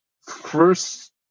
first